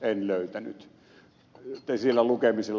en löytänyt sillä lukemisella